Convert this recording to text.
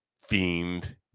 fiend